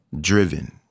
Driven